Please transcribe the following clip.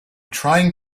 trying